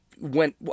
went